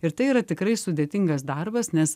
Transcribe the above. ir tai yra tikrai sudėtingas darbas nes